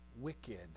wicked